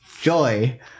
Joy